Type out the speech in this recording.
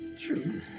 True